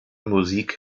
musik